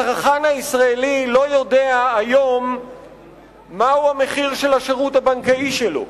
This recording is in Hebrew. הצרכן הישראלי לא יודע היום מהו המחיר של השירות הבנקאי שלו,